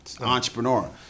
entrepreneur